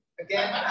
again